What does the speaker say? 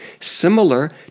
similar